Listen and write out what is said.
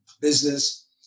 business